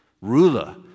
ruler